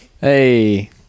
Hey